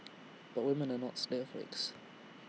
but women are not snowflakes